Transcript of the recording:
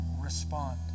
respond